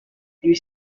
lui